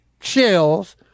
shells